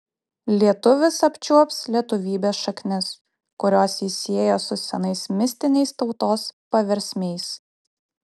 lietuvis apčiuops lietuvybės šaknis kurios jį sieja su senais mistiniais tautos paversmiais